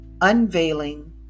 unveiling